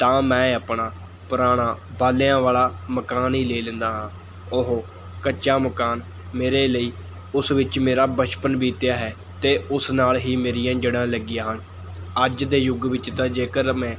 ਤਾਂ ਮੈਂ ਆਪਣਾ ਪੁਰਾਣਾ ਬਾਲਿਆਂ ਵਾਲਾ ਮਕਾਨ ਹੀ ਲੈ ਲੈਂਦਾ ਹਾਂ ਉਹ ਕੱਚਾ ਮਕਾਨ ਮੇਰੇ ਲਈ ਉਸ ਵਿੱਚ ਮੇਰਾ ਬਚਪਨ ਬੀਤਿਆ ਹੈ ਅਤੇ ਉਸ ਨਾਲ ਹੀ ਮੇਰੀਆਂ ਜੜ੍ਹਾਂ ਲੱਗੀਆਂ ਹਨ ਅੱਜ ਦੇ ਯੁਗ ਵਿੱਚ ਤਾਂ ਜੇਕਰ ਮੈਂ